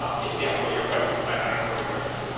ah yeah yes. so your question i don't know what your question is.